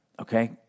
Okay